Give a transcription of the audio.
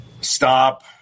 Stop